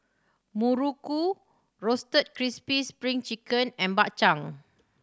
muruku Roasted Crispy Spring Chicken and Bak Chang